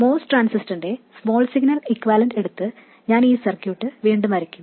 MOS ട്രാൻസിസ്റ്ററിനന്റെ small signal equivalent എടുത്ത് ഞാൻ ഈ സർക്യൂട്ട് വീണ്ടും വരയ്ക്കും